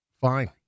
Fine